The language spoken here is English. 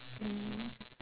mm